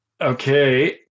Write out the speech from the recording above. Okay